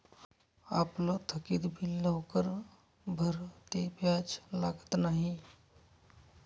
आपलं थकीत बिल लवकर भरं ते व्याज लागत न्हयी